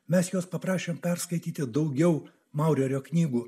mes jos paprašėm perskaityti daugiau maurerio knygų